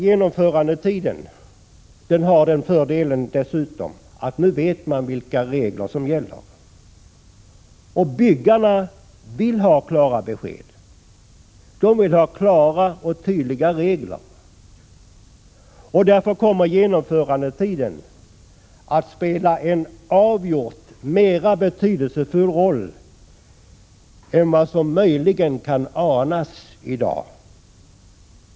Genomförandetiden har dessutom den fördelen att man vet vilka regler som gäller. Byggarna vill ha klara besked samt tydliga regler. Därför kommer genomförandetiden att spela en mera betydelsefull roll än vad som möjligen kan anas i dag.